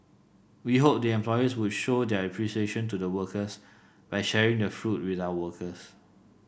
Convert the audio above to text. we hope the employers would show their appreciation to the workers by sharing the fruit with our workers